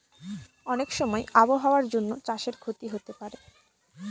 অনেক সময় আবহাওয়ার জন্য চাষে ক্ষতি হতে পারে